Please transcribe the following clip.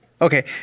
Okay